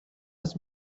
has